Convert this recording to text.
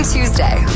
Tuesday